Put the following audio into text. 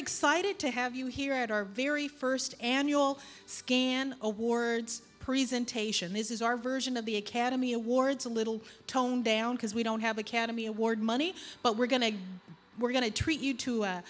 excited to have you here at our very first annual scan awards presentation this is our version of the academy awards a little toned down because we don't have academy award money but we're going to we're going to treat you to a